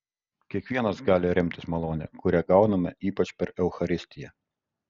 kiekvienas gali remtis malone kurią gauname ypač per eucharistiją